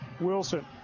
Wilson